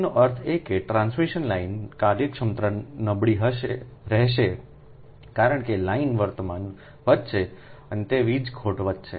તેનો અર્થ એ કે ટ્રાન્સમિશન લાઇન કાર્યક્ષમતા નબળી રહેશે કારણ કે લાઇન વર્તમાન વધશે અને તેથી વીજ ખોટ વધશે